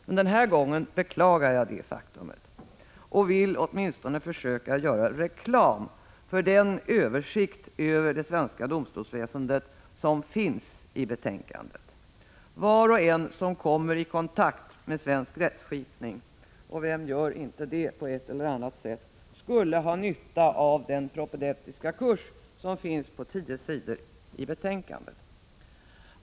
Men den här gången beklagar jag detta faktum och vill åtminstone försöka göra reklam för den översikt över det svenska domstolsväsendet som finns i betänkandet. Var och en som kommer i kontakt med svensk rättskipning — och vem gör inte det på ett eller annat sätt — skulle ha nytta av den propedeutiska kurs som finns på tio sidor i betänkandet.